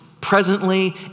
Presently